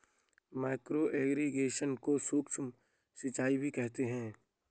micro irrigation को सूक्ष्म सिंचाई भी कहते हैं